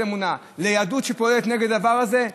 ליהדות שפועלת נגד הדבר הזה?